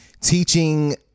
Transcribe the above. teaching